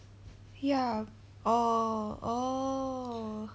ya orh oh